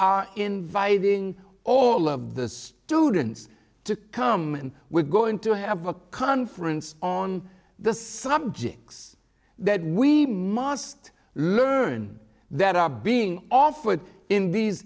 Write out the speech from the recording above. are inviting all of the students to come and we're going to have a conference on the subjects that we must learn that are being offered in